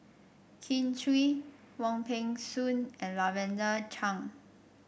Kin Chui Wong Peng Soon and Lavender Chang